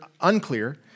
unclear